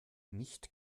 nicht